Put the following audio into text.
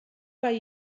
bai